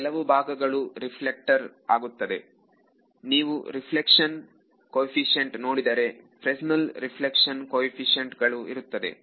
ಕೆಲವು ಭಾಗಗಳು ರಿಫೆಲ್ಕಟ್ ಆಗುತ್ತದೆ ನೀವು ರೆಫ್ಲೆಕ್ಷನ್ ಕೊಎಫೀಸೈಂಟ್ ನೋಡಿದರೆ ಫ್ರೆಸ್ನಲ್ ರೆಫ್ಲೆಕ್ಷನ್ ಕೊಎಫೀಸೈಂಟ್ ಗಳು ಇರುತ್ತದೆ